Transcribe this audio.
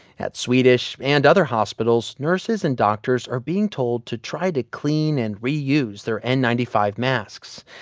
at swedish and other hospitals, nurses and doctors are being told to try to clean and reuse their n ninety five masks.